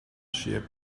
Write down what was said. ship